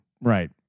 right